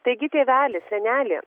taigi tėveli seneli